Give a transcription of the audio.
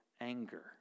anger